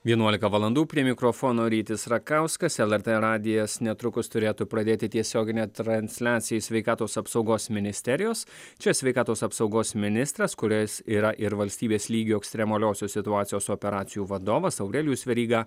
vienuolika valandų prie mikrofono rytis rakauskas lrt radijas netrukus turėtų pradėti tiesioginę transliaciją iš sveikatos apsaugos ministerijos čia sveikatos apsaugos ministras kuris yra ir valstybės lygio ekstremaliosios situacijos operacijų vadovas aurelijus veryga